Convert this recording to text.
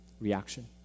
reaction